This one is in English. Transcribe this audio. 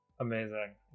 Amazing